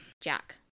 Jack